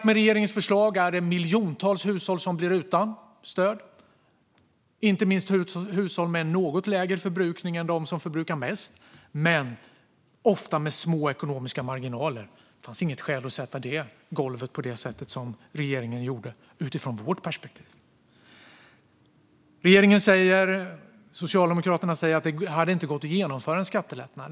Med regeringens förslag är det miljontals hushåll som blir utan stöd, inte minst hushåll med en något lägre förbrukning än dem som förbrukar mest men ofta med små ekonomiska marginaler. Utifrån vårt perspektiv fanns det inget skäl att sätta golvet på det sätt som regeringen gjorde. Regeringen och Socialdemokraterna säger att det inte hade gått att genomföra en skattelättnad.